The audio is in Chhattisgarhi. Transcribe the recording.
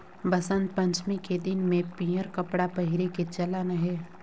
बसंत पंचमी के दिन में पीयंर कपड़ा पहिरे के चलन अहे